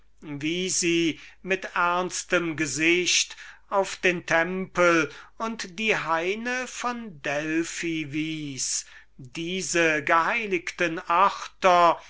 wie sie mit ernstem gesicht auf den tempel und die haine von delphi wies die geheiligten